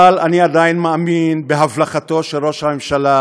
אבל אני עדיין מאמין בהבלחתו של ראש הממשלה,